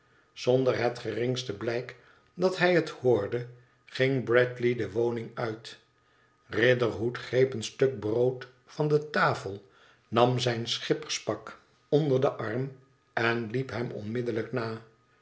zonder het geringste blijk dat hij het hoorde ging bradley de woning uit riderhood greep een stuk brood van de tafel nam zijn schipperspak onder den arm en liep hem onmiddellijk na